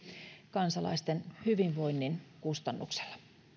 kansalaisten hyvinvoinnin kustannuksella